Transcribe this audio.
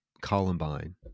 Columbine